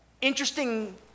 interesting